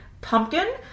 pumpkin